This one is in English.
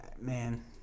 man